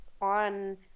on